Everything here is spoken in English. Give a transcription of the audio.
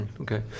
Okay